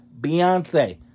Beyonce